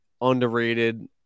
underrated